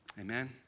Amen